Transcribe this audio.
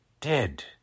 dead